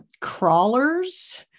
crawlers